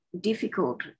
difficult